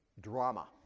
drama